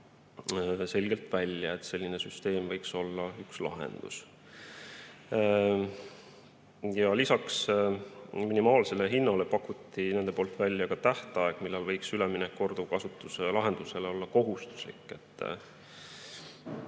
selgelt välja, et selline süsteem võiks olla üks lahendus. Lisaks minimaalsele hinnale pakkusid nad välja ka tähtaja, millal võiks üleminek korduvkasutuse lahendusele olla kohustuslik.